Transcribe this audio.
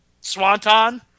swanton